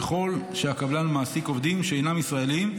וככל שהקבלן מעסיק עובדים שאינם ישראלים,